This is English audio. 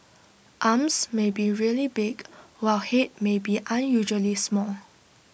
arms may be really big while Head may be unusually small